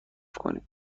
کنید